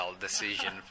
decision